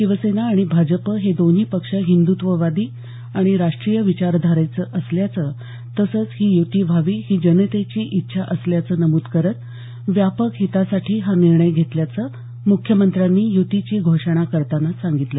शिवसेना आणि भाजप हे दोन्ही पक्ष हिंदत्ववादी आणि राष्ट्रीय विचारधारेचे असल्याचं तसंच ही युती व्हावी ही जनतेची इच्छा असल्याचं नमूद करत व्यापक हितासाठी हा निर्णय घेतल्याचं मुख्यमंत्र्यांनी युतीची घोषणा करताना सांगितलं